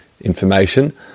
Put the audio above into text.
information